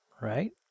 right